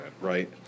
right